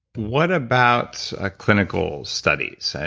what about a clinical studies?